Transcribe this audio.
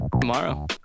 tomorrow